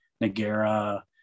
Nagara